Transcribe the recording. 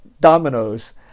dominoes